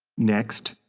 next,